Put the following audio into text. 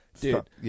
Dude